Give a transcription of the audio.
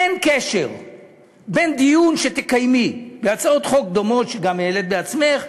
אין קשר בין דיון שתקיימי בהצעות חוק דומות שגם העלית בעצמך,